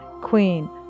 Queen